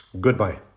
Goodbye